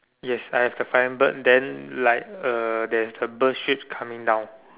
yes I have the flying bird then like a there's a bird shit coming down